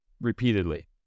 repeatedly